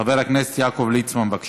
חבר הכנסת יעקב ליצמן, בבקשה,